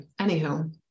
Anywho